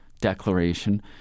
declaration